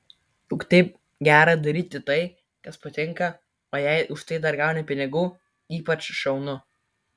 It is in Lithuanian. juk taip gera daryti tai kas patinka o jei už tai dar gauni pinigų ypač šaunu